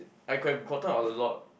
I could have gotten a lot